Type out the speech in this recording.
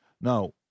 Now